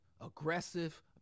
aggressive